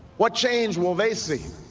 what change will they see